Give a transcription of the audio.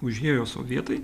užėjo sovietai